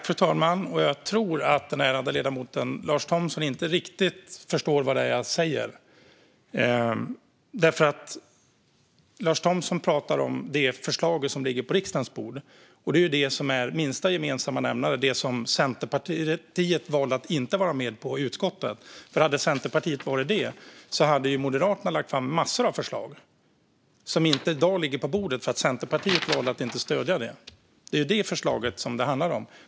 Fru talman! Jag tror att den ärade ledamoten Lars Thomsson inte riktigt förstår vad det är jag säger. Lars Thomsson pratar om det förslag som ligger på riksdagens bord. Det är ju det som är minsta gemensamma nämnare - det som Centerpartiet valde att inte vara med på i utskottet. Hade Centerpartiet varit det hade ju Moderaterna lagt fram massor av förslag som i dag inte ligger på bordet eftersom Centerpartiet valde att inte stödja detta. Det är ju detta förslag det handlar om.